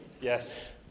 Yes